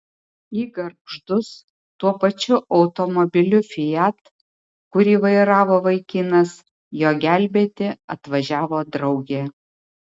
į gargždus tuo pačiu automobiliu fiat kurį vairavo vaikinas jo gelbėti atvažiavo draugė